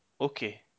Okay